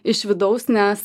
iš vidaus nes